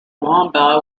wamba